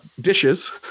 dishes